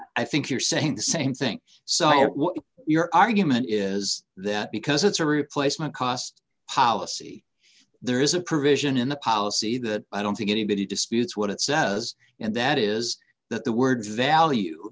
i think you're saying the same think so your argument is that because it's a replacement cost policy there is a provision in the policy that i don't think anybody disputes what it says and that is that the words value